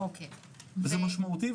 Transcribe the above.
זה משמעותי.